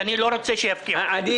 שאני לא רוצה שיפקיעו מהם.